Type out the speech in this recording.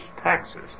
taxes